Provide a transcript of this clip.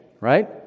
right